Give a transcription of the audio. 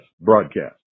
broadcast